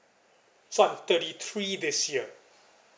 so I'm thirty three this year